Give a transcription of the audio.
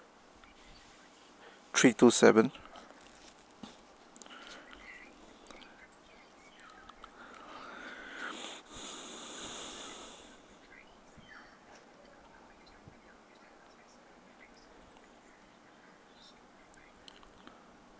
three two seven